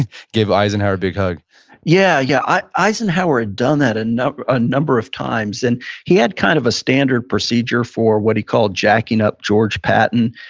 gave eisenhower a big hug yeah. yeah eisenhower done that a number a number of times. and he had kind of a standard procedure for what he called jacking up george patton.